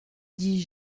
dis